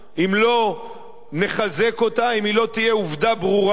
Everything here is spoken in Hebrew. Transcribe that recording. ואם לא נחזק אותה, ואם היא לא תהיה עובדה ברורה,